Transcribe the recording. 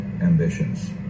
ambitions